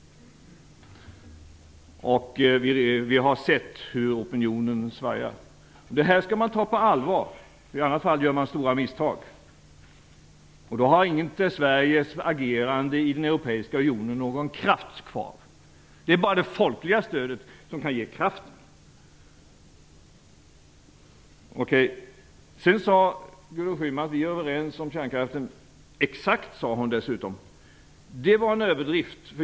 Vi har sett hur opinionen svajar. Och det skall man ta på allvar, i annat fall gör man ett stort misstag. Då har inte Sveriges agerande i den europeiska unionen någon kraft kvar. Det är bara det folkliga stödet som kan ge kraften. Sedan sade Gudrun Schyman att vi är överens om kärnkraften. Hon använde dessutom ordet "exakt". Det var en överdrift.